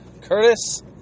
Curtis